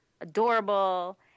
adorable